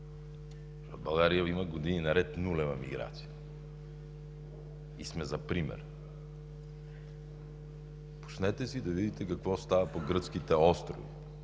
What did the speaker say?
В България има години наред нулева миграция и сме за пример. Пуснете си да видите какво става по гръцките острови.